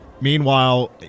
Meanwhile